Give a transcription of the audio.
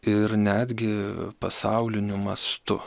ir netgi pasauliniu mastu